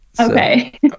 okay